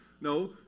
No